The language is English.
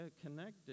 connected